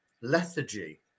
lethargy